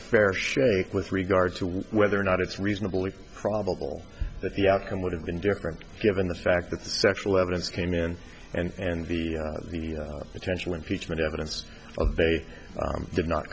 fair shake with regard to whether or not it's reasonably probable that the outcome would have been different given the fact that the sexual evidence came in and the of the potential impeachment evidence of they did not